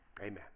amen